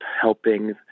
helping